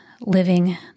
living